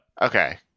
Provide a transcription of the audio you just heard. Okay